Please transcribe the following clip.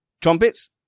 Trumpets